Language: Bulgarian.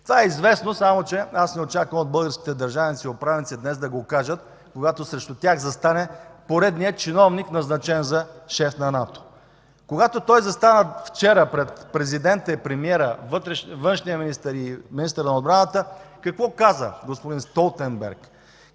Това е известно, само че не очаквам от българските държавници и управници днес да го кажат, когато срещу тях застане поредният чиновник, назначен за шеф на НАТО. Когато той застана вчера пред президента, премиера, външния министър и министъра на отбраната, какво каза господин Столтенберг?